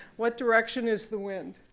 what direction is the wind?